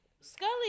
Scully